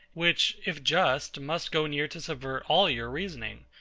which, if just, must go near to subvert all your reasoning,